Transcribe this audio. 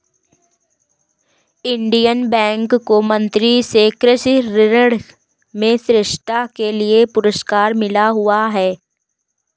Indian Bank को मंत्री से कृषि ऋण में श्रेष्ठता के लिए पुरस्कार मिला हुआ हैं